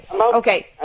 Okay